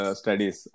studies